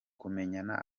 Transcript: kumenya